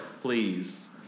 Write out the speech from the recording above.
please